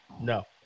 No